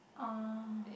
oh